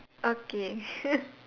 okay